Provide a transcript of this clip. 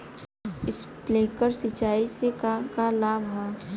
Sprinkler सिंचाई से का का लाभ ह?